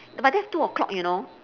but that's two o-clock you know